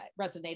resonated